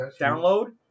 download